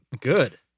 Good